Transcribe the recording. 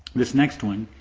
this next one,